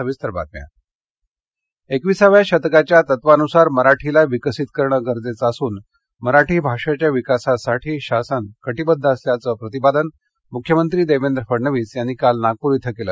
जागतिक मराठी संमेलन एकविसाव्या शतकाच्या तत्त्वानुसार मराठीला विकसित करणं गरजेचं असून मराठी भाषेच्या विकासासाठी शासन कटिबद्ध असल्याचं प्रतिपादन मुख्यमंत्री देवेंद्र फडणवीस यांनी काल नागपूर इथं केलं